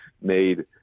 made